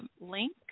link